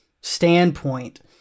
standpoint